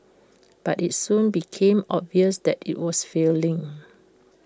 but IT soon became obvious that IT was failing